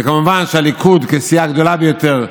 כמובן שהליכוד, כסיעה הגדולה ביותר,